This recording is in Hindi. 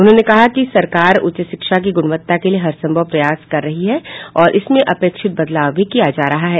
उन्होंने कहा है कि सरकार उच्च शिक्षा की गुणवत्ता के लिए हरसंभव प्रयास कर रही है और इसमें अपेक्षित बदलाव भी किया जा रहा है